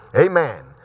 amen